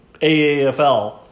AAFL